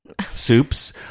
Soups